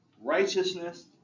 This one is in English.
righteousness